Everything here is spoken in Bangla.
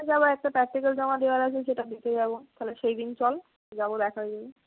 এই যাব একটা প্র্যাকটিকাল জমা দেওয়ার আছে সেটা দিতে যাব তাহলে সেই দিন চল যাব দেখা হয়ে যাবে